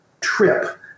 trip